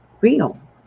real